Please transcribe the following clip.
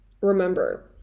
remember